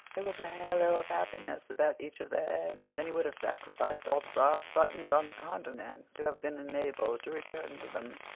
there was a halo of happiness about each of their heads, and he would have sacrificed all the brass buttons on the continent to have been enabled to return to them.